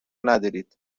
ندارید